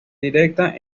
directa